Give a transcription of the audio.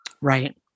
right